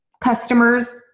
customers